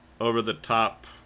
over-the-top